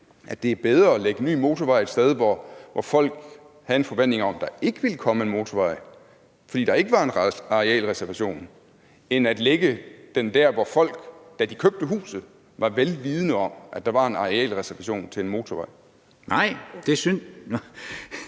at det er bedre at lægge den nye motorvej et sted, hvor folk havde en forventning om at der ikke ville komme en motorvej, fordi der ikke var en arealreservation, end at lægge den dér, hvor folk, da de købte huset, var vel vidende om, at der var en arealreservation til en motorvej? Kl.